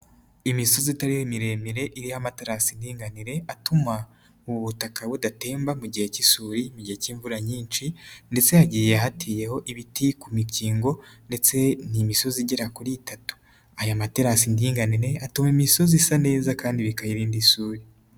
Imisozi itari miremire iriho amatarasi y'indinganire atuma ubu butaka budatemba mu gihe k'isuri, mu gihe k'imvura nyinshi ndetse hagiye hateyeho ibiti ku mikingo, ndetse ni imisozi igera kuri itatu. Aya materasi y'indinganire atuma imisozi isa neza kandi bikayirinda isuri.